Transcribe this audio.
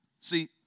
See